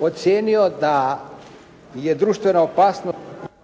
ocijenio daje društvena opasnost…